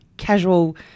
Casual